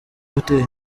uteye